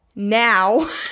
now